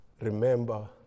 remember